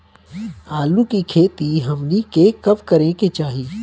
आलू की खेती हमनी के कब करें के चाही?